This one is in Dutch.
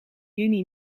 juni